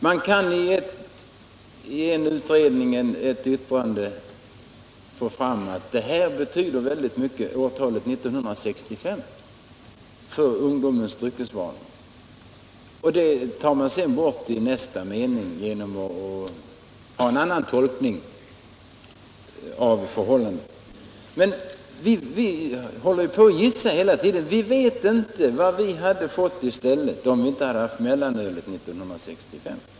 Man kan i en utredning få fram att årtalet 1965 har betytt väldigt mycket för ungdomens dryckesvanor. Detta tas sedan bort i nästa mening genom en annan tolkning av förhållandet. Men vi gissar ju hela tiden, vi vet inte vad vi hade fått i stället om vi inte fått mellanölet 1965.